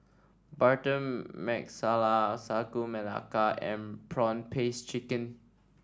butter Nasala Sagu Melaka and prawn paste chicken